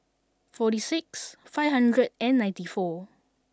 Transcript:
forty six five hundred and ninety four